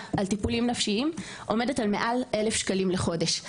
על טיפולים נפשיים עומדת על מעל 1000 שקלים לחודש,